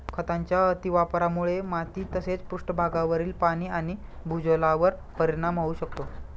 खतांच्या अतिवापरामुळे माती तसेच पृष्ठभागावरील पाणी आणि भूजलावर परिणाम होऊ शकतो